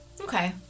okay